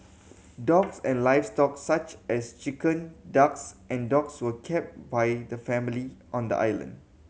dogs and livestock such as chicken ducks and dogs were kept by the family on the island